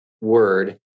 word